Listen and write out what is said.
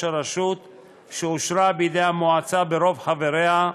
הרשות שאושרה בידי המועצה ברוב חבריה,